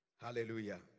Hallelujah